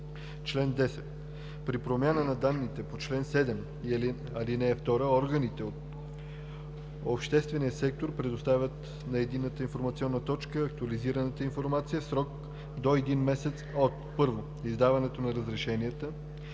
„Чл. 10. При промяна на данните по чл. 7, ал. 2 органите от обществения сектор предоставят на Единната информационна точка актуализираната информация в срок до един месец от: 1. издаването на разрешенията